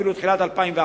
אפילו תחילת 2011,